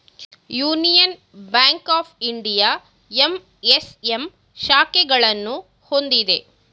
union Bank of India MSM ಶಾಖೆಗಳನ್ನು ಹೊಂದಿದೆ